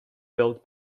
built